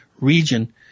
region